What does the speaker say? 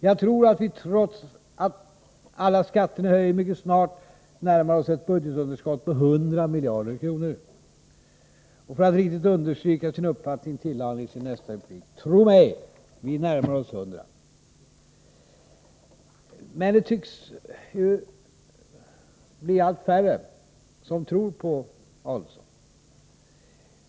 Jag tror att vi trots alla skatter ni höjer, mycket snart närmar oss ett budgetunderskott på 100 miljarder kronor.” För att riktigt understryka sin uppfattning tillade Ulf Adelsohn i sin nästa replik: ”Tro mig, vi närmar oss 100 miljarder kronor.” Det tycks bli allt färre som tror på Ulf Adelsohn.